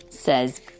says